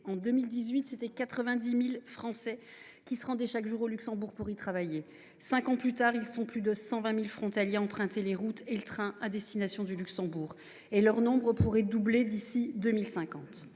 en 2018, 90 000 Français se rendaient chaque jour au Luxembourg pour y travailler. Cinq ans plus tard, ils sont plus de 120 000 frontaliers à emprunter les routes et le train à destination du Luxembourg, et leur nombre pourrait doubler d’ici à 2050.